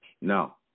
No